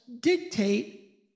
dictate